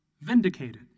vindicated